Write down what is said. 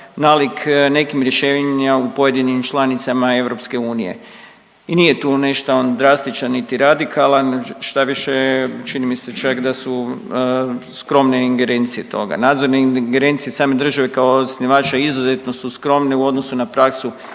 nalik nekim rješenja u pojedinim članicama EU i nije tu nešto on drastičan niti radikalan, štaviše, čini mi se čak da su skromne ingerencije toga. Nadzorne ingerencije same države kao osnivača izuzetno su skromne u odnosu na praksu